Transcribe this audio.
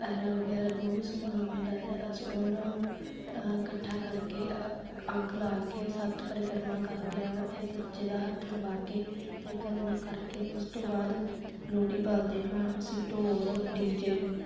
ਐਰਾ ਵਗੈਰਾ ਜੋ ਵੀ ਸਮਾਨ ਹੁੰਦਾ ਹੈ ਅਸੀਂ ਉਹਨਾਂ ਨੂੰ ਇਕੱਠਾ ਕਰਕੇ ਅ ਅੱਗ ਲਾ ਕੇ ਸੱਤ ਪਰਿਕਰਮਾ ਕਰਦੇ ਹਾਂ ਅਤੇ ਬੱਚੇ ਦਾ ਹੱਥ ਲਵਾ ਕੇ ਪਰਿਕਰਮਾ ਕਰਕੇ ਉਸ ਤੋਂ ਬਾਅਦ ਲੋਹੜੀ ਬਾਲਦੇ ਹਾਂ ਅਸੀਂ ਢੋਲ ਡੀ ਜੇ